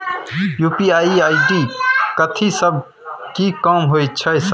UPI ID कथि सब हय कि काम होय छय सर?